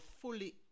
fully